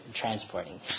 transporting